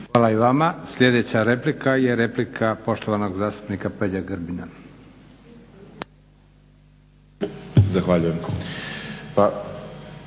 Hvala i vama. Sljedeća replika je replika poštovanog zastupnika Peđe Grbina. **Grbin,